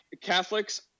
Catholics